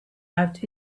out